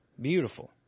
beautiful